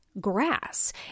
grass